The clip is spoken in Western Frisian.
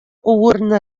oeren